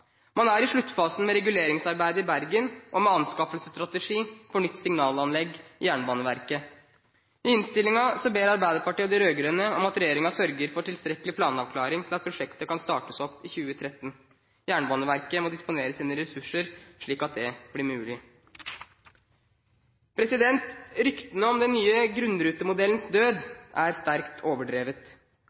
Man er i sluttfasen med reguleringsarbeidet i Bergen og med anskaffelsesstrategi for nytt signalanlegg i Jernbaneverket. I innstillingen ber Arbeiderpartiet, de rød-grønne, om at regjeringen sørger for tilstrekkelig planavklaring til at prosjektet kan startes opp i 2013. Jernbaneverket må disponere sine ressurser slik at det blir mulig. Ryktene om den nye grunnrutemodellens død er sterkt overdrevet.